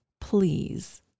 please